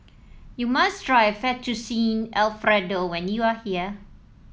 you must try Fettuccine Alfredo when you are here